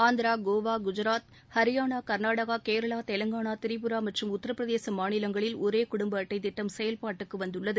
ஆந்திரா கோவா குஜராத் ஹரியானா கா்நாடகா கேரளா தெலங்கானா திரிபுரா மற்றும் உத்திரபிரதேச மாநிலங்களில் ஒரே குடும்ப அட்ளட திட்டம் செயல்பாட்டுக்கு வந்துள்ளது